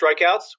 Strikeouts